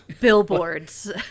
Billboards